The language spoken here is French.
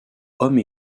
hommes